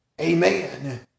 Amen